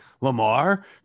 Lamar